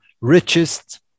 richest